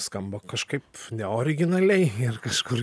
skamba kažkaip neoriginaliai ir kažkur